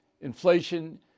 inflation